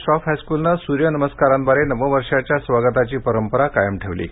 श्रॉफ हायस्कूलने सूर्यनमस्कारांद्वारे नववर्षाच्या स्वागताची परंपरा कायम ठेवली आहे